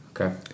okay